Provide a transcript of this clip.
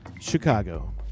Chicago